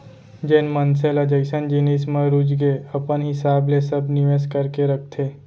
जेन मनसे ल जइसन जिनिस म रुचगे अपन हिसाब ले सब निवेस करके रखथे